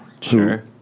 Sure